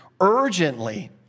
urgently